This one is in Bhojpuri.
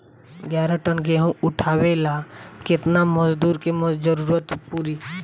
ग्यारह टन गेहूं उठावेला केतना मजदूर के जरुरत पूरी?